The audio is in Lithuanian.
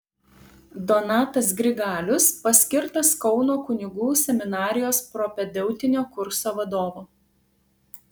donatas grigalius paskirtas kauno kunigų seminarijos propedeutinio kurso vadovu